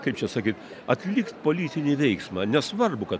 kaip čia sakyt atlikt politinį veiksmą nesvarbu kad